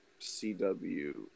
CW